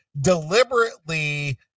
deliberately